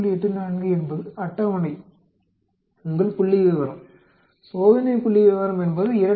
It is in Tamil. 84 என்பது அட்டவணை உங்கள் புள்ளிவிவரம் சோதனை புள்ளிவிவரம் என்பது 2